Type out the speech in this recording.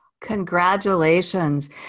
Congratulations